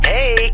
Hey